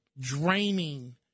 draining